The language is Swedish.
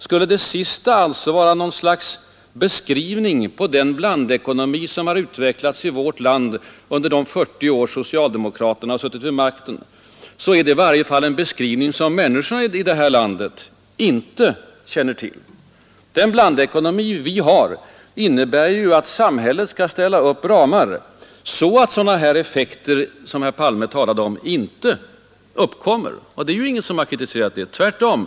Skulle detta alltså vara en beskrivning av den blandekonomi som utvecklats i vårt land under de 40 år som socialdemokraterna har suttit vid makten, är det i varje fall en beskrivning som människorna i vårt land inte känner igen. Den blandekonomi vi har innebär ju att samhället skall ställa upp ramar så att sådana effekter som herr Palme talade om inte uppkommer. Det är inte någon som har kritiserat en sådan politik.